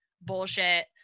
bullshit